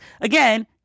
again